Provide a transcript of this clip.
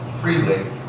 freely